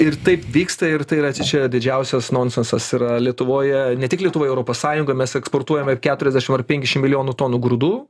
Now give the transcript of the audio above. ir taip vyksta ir tai yra štai čia didžiausias nonsensas yra lietuvoje ne tik lietuvoje europos sąjungoj mes eksportuojam ir keturiasdešimt ar penkdešimt milijonų tonų grūdų